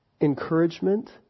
encouragement